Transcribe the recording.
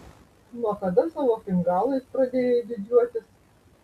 nuo kada savo fingalais pradėjai didžiuotis